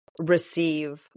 receive